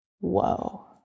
Whoa